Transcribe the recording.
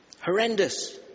Horrendous